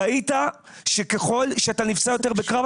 ראית שככל שאתה נפצע יותר בקרב,